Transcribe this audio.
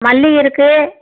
மல்லி இருக்குது